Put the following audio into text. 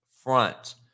front